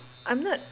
I'm not